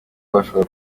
bashobora